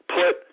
put